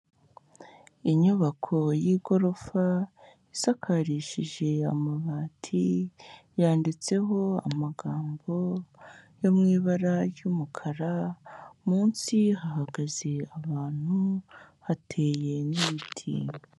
Inyubako y'igorofa isakarishije amabati yanditseho amagambo yo mu ibara ry'umukara, munsi hahagaze ahantu hateye n'ibiti.